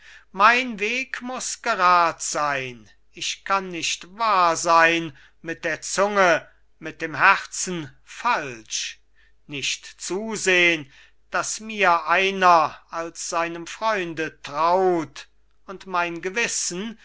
mein weg muß gerad sein ich kann nicht wahr sein mit der zunge mit dem herzen falsch nicht zusehn daß mir einer als seinem freunde traut und mein gewissen